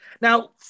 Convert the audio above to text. Now